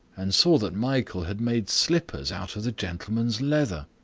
and saw that michael had made slippers out of the gentleman's leather.